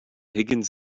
higgins